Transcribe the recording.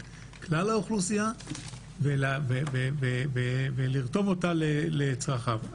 כלל האוכלוסייה ולרתום אותה לצרכיו.